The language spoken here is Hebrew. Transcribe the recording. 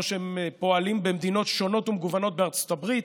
כמו שהם פועלים במדינות שונות ומגוונות בארצות הברית.